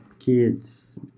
kids